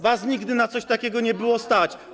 Was nigdy na coś takiego nie było stać.